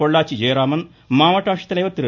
பொள்ளாச்சி ஜெயராமன் மாவட்ட ஆட்சித்தலைவர் திரு